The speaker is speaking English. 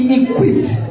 equipped